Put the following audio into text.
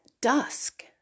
dusk